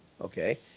Okay